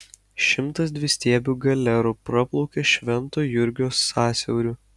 šimtas dvistiebių galerų praplaukė švento jurgio sąsiauriu